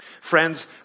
Friends